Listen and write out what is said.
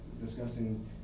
discussing